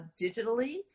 digitally